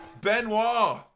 Benoit